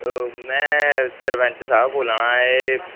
मैं सरपैंच साह्ब बोल्ला ना एह्